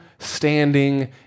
Standing